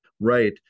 Right